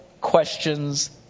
questions